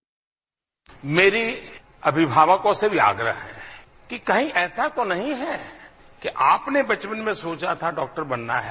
bite प्रधानमंत्री मेरा अभिभावकों से भी आग्रह है कि कही ऐसा तो नहीं है कि आपने बचपन में सोचा था डॉक्टर बनना है